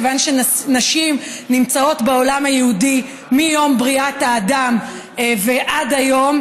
כיוון שנשים נמצאות בעולם היהודי מיום בריאת האדם ועד היום,